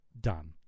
done